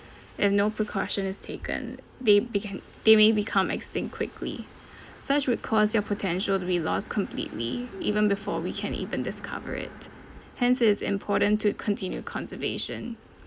if no precaution is taken they began they may become extinct quickly such would cause their potential to be lost completely even before we can even discover it hence it's important to continue conservation